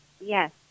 Yes